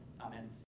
Amen